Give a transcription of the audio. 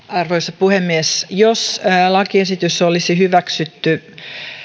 arvoisa puhemies jos lakiesitys olisi hyväksytty